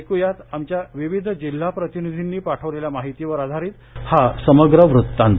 ऐकूयात आमच्या विविध जिल्हा प्रतिनिधींनी पाठवलेल्या माहितीवर आधारित हा समग्र वृत्तांत